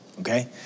Okay